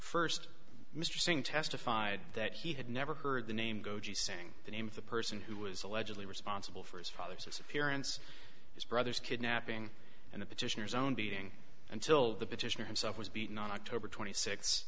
first mr singh testified that he had never heard the name goji saying the name of the person who was allegedly responsible for his father's appearance his brother's kidnapping and the petitioners own beating until the petitioner himself was beaten on october twenty six